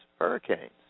hurricanes